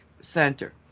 center